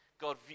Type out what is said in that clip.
God